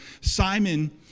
Simon